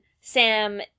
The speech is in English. Sam